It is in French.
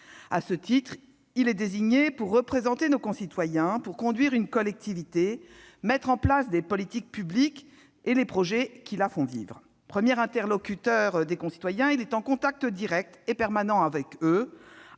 À ce titre, il est désigné pour représenter nos concitoyens et conduire une collectivité, à savoir mettre en place les politiques publiques et les projets qui la font vivre. Premier interlocuteur des concitoyens, il est en contact direct et permanent avec eux,